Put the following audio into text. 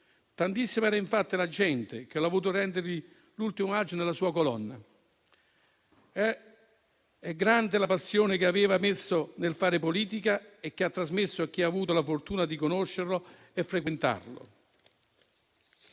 Tantissima era infatti la gente che ha voluto rendergli l'ultimo saluto nella sua Colonna. È grande la passione che metteva nel fare politica e che ha trasmesso a chi ha avuto la fortuna di conoscerlo e frequentarlo.